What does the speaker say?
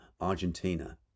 Argentina